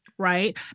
Right